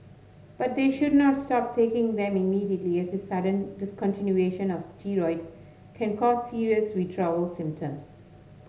but they should not stop taking them immediately as sudden discontinuation of steroids can cause serious withdrawal symptoms